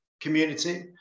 community